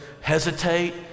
hesitate